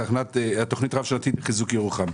תכנית רב שנתית לחיזוק ירוחם.